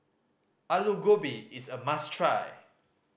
Alu Gobi is a must try